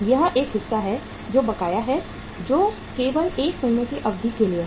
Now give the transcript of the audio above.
यह एक हिस्सा है जो बकाया है जो केवल 1 महीने की अवधि के लिए है